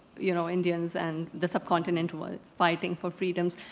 you know, indians and the subcontinent were fighting for freedoms.